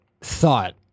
thought